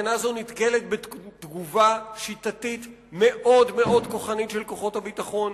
ההפגנה הזאת נתקלת בתגובה שיטתית מאוד כוחנית של כוחות הביטחון.